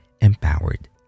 empowered